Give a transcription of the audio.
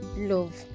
love